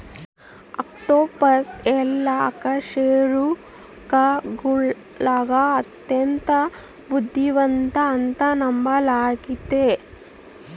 octopus ಎಲ್ಲಾ ಅಕಶೇರುಕಗುಳಗ ಅತ್ಯಂತ ಬುದ್ಧಿವಂತ ಅಂತ ನಂಬಲಾಗಿತೆ